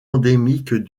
endémique